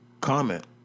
comment